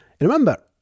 remember